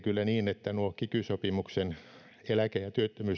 että nuo kiky sopimuksen eläke ja työttömyysvakuutusmaksujen